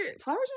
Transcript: flowers